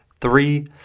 three